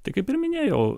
tai kaip ir minėjau